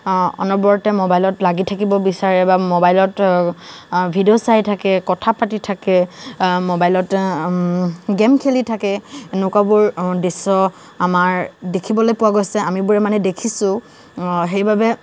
অনবৰতে মোবাইলত লাগি থাকিব বিচাৰে বা মোবাইলত ভিডিঅ' চাই থাকে কথা পাতি থাকে মোবাইলত গেম খেলি থাকে এনেকুৱাবোৰ দৃশ্য আমাৰ দেখিবলৈ পোৱা গৈছে আমিবোৰে মানে দেখিছোঁ সেইবাবে